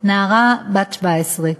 נערה בת 17,